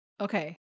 Okay